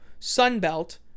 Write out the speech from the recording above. Sunbelt